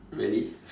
really